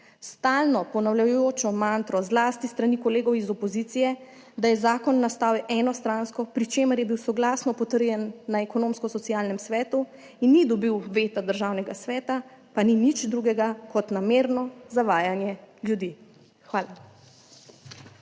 Stalno ponavljajočo mantro, zlasti s strani kolegov iz opozicije, da je zakon nastal enostransko, pri čemer je bil soglasno potrjen na Ekonomsko- socialnem svetu in ni dobil veta Državnega sveta, pa ni nič drugega, kot namerno zavajanje ljudi. Hvala.